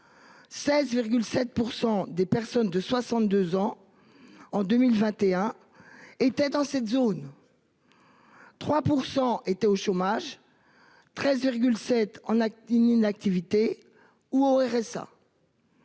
16,7% des personnes de 62 ans. En 2021 étaient dans cette zone. 3% étaient au chômage. 13 7 en actes. Une une activité ou au RSA.